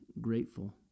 grateful